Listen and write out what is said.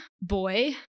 boy